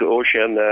ocean